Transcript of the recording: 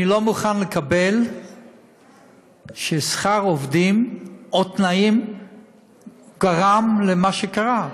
אני לא מוכן לקבל ששכר עובדים או תנאים גרמו למה שקרה.